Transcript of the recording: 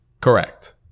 Correct